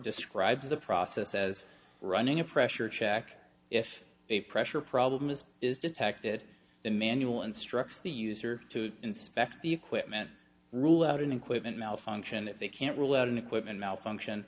describes the process as running a pressure check if a pressure problem is is detected the manual instructs the user to inspect the equipment rule out an equipment malfunction if they can't rule out an equipment malfunction